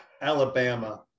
Alabama